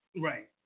Right